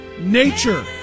nature